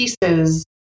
pieces